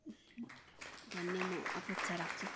भन्ने म अपेक्षा राख्छु